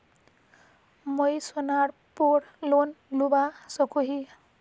मुई सोनार पोर लोन लुबा सकोहो ही?